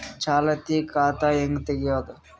ಚಾಲತಿ ಖಾತಾ ಹೆಂಗ್ ತಗೆಯದು?